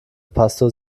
pastor